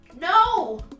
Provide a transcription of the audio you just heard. No